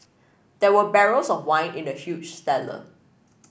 there were barrels of wine in the huge cellar